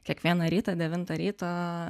kiekvieną rytą devintą ryto